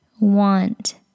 want